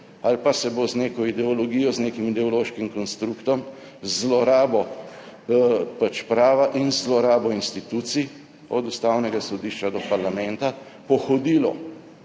Ali pa se bo z neko ideologijo, z nekim ideološkim konstruktom, z zlorabo pač prava in zlorabo institucij od Ustavnega sodišča do parlamenta pohodilo